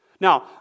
Now